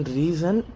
reason